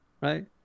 right